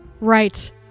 right